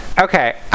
Okay